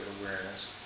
awareness